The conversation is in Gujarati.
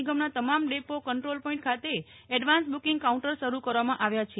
નિગમના તમામ ડેપો કંટ્રોલ પોઇન્ટ ખાતે એડવાન્સ બૂકીગ કાઉન્ટર્સ શરૂ કરવામાં આવ્યા છે